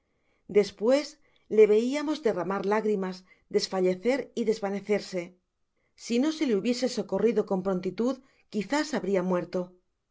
despues le veiamos derramar lágrimas desfallecer y desvanecerse si no se le hubiese socorrido con prontitud quizás habria muerto